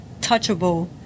touchable